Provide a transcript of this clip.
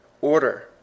Order